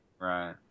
Right